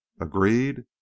agreed